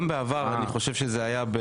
אני חושב שגם בעבר זה היה בוועדת